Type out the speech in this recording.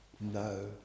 no